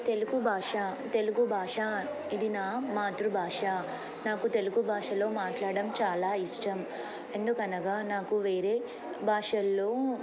తెలుగు భాష తెలుగు భాష ఇది నా మాతృభాష నాకు తెలుగు భాషలో మాట్లాడం చాలా ఇష్టం ఎందుకనగా నాకు వేరే భాషల్లో